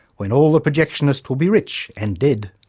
when all the projectionists will be rich, and dead.